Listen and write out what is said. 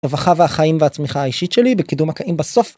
רווחה והחיים והצמיחה האישית שלי בקידום הקאים בסוף.